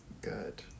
good